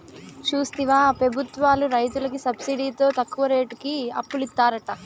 చూస్తివా పెబుత్వాలు రైతులకి సబ్సిడితో తక్కువ రేటుకి అప్పులిత్తారట